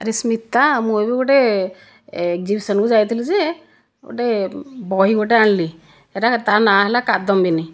ଆରେ ସ୍ମିତା ମୁଁ ଏବେ ଗୋଟିଏ ଏଗ୍ଜିବିଶନ୍କୁ ଯାଇଥିଲି ଯେ ଗୋଟିଏ ବହି ଗୋଟିଏ ଆଣିଲି ସେଇଟା ତା ନାଁ ହେଲା କାଦମ୍ବିନୀ